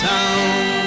Town